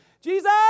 Jesus